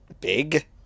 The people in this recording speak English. Big